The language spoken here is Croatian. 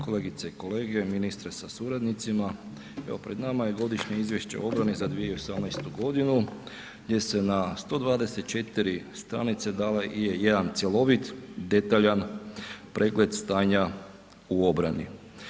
Kolegice i kolege, ministre sa suradnicima evo pred nama je Godišnje izvješće o obrani za 2018. godinu gdje se na 124 stranice dali i jedan cjelovit, detaljan pregled stanja u obranu.